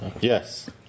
Yes